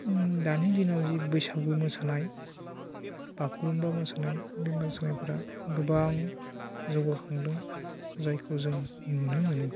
उम दानि दिनाव जे बैसागु मोसानाय बागुरुमबा मोसानाय बि मोसानायफोरा गोबां जौगाखांदों जायखौ जों नुनो मोनो